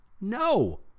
No